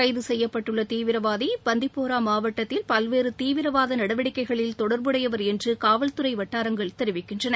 கைது செய்யப்பட்டுள்ள தீவிரவாதி பந்திப்பூரா மாவட்டத்தில் பல்வேறு தீவிரவாத நடவடிக்கைகளில் தொடர்புடையவர் என்று காவல்துறை வட்டாரங்கள் தெரிவிக்கின்றன